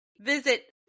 visit